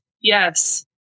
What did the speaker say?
Yes